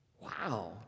Wow